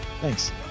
Thanks